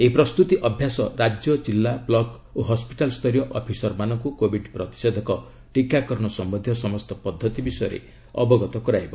ଏହି ପ୍ରସ୍ତୁତି ଅଭ୍ୟାସ ରାଜ୍ୟ ଜିଲ୍ଲା ବ୍ଲକ୍ ଓ ହସ୍କିଟାଲ୍ସ୍ତରୀୟ ଅଫିସରମାନଙ୍କୁ କୋବିଡ୍ ପ୍ରତିଷେଧକ ଟୀକାକରଣ ସମ୍ପନ୍ଧୀୟ ସମସ୍ତ ପଦ୍ଧତି ବିଷୟରେ ଅବଗତ କରାଇବ